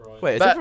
Wait